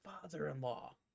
father-in-law